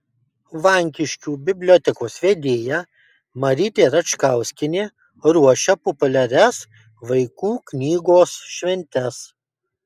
vankiškių bibliotekos vedėja marytė račkauskienė ruošia populiarias vaikų knygos šventes